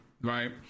right